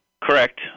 Correct